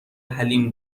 حلیم